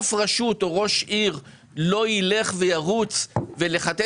אף רשות או ראש עיר לא ילך וירוץ ויכתת